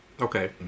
Okay